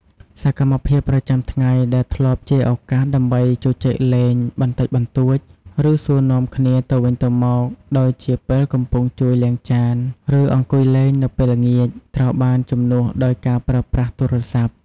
សកម្មភាពប្រចាំថ្ងៃដែលធ្លាប់ជាឱកាសដើម្បីជជែកលេងបន្តិចបន្តួច ឬសួរនាំគ្នាទៅវិញទៅមក ដូចជាពេលកំពុងជួយលាងចាន ឬអង្គុយលេងនៅពេលល្ងាច ត្រូវបានជំនួសដោយការប្រើប្រាស់ទូរស័ព្ទ។